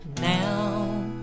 now